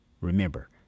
Remember